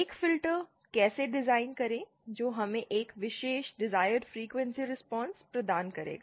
एक फ़िल्टर कैसे डिज़ाइन करें जो हमें एक विशेष डिजायर्ड फ्रीक्वेंसी रिस्पांस प्रदान करेगा